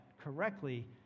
correctly